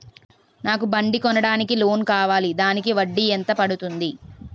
నాకు బండి కొనడానికి లోన్ కావాలిదానికి వడ్డీ ఎంత పడుతుంది?